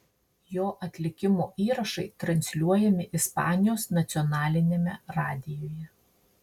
jo atlikimo įrašai transliuojami ispanijos nacionaliniame radijuje